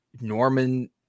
Norman